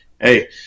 hey